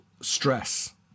stress